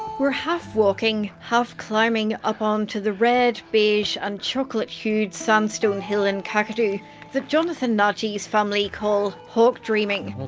we're half-walking, half-climbing up onto the red, beige and chocolate-hewed sandstone hill in kakadu that jonathan nadji's family call hawk dreaming.